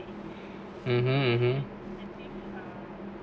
mmhmm